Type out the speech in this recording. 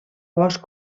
bosc